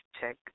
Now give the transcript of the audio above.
check